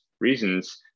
reasons